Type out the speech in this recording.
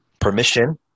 permission